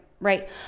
right